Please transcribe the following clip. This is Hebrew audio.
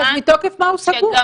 אז מתוקף מה הוא סגור?